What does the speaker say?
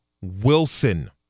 Wilson